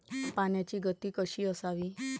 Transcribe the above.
पाण्याची गती कशी असावी?